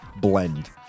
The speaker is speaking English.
blend